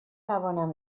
توانم